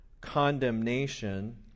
condemnation